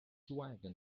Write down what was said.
wagon